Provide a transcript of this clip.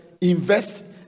invest